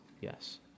yes